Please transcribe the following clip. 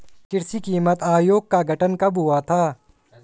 कृषि कीमत आयोग का गठन कब हुआ था?